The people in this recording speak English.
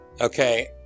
Okay